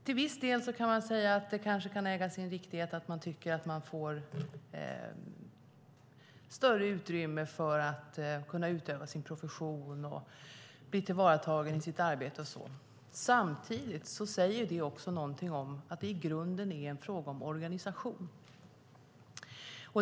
Till viss del kanske det kan äga sin riktighet att man tycker att man får större utrymme för att utöva sin profession och bli tillvaratagen i sitt arbete. Samtidigt säger det någonting om att det i grunden är en fråga om organisation.